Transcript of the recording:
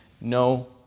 no